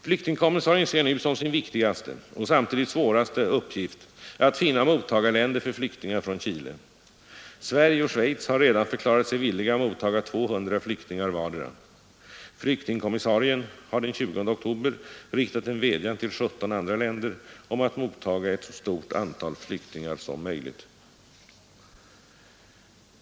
Flyktingkommissarien ser nu som sin viktigaste — och samtidigt svåraste — uppgift att finna mottagarländer för flyktingar från Chile. Sverige och Schweiz har redan förklarat sig villiga motta 200 flyktingar vartdera. Flyktingkommissarien har den 20 oktober riktat en vädjan till 17 andra länder om att motta ett så stort antal flyktingar som möjligt.